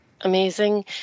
Amazing